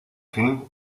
film